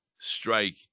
strike